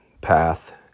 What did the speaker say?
path